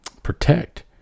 Protect